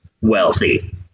Wealthy